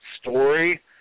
story